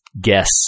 guess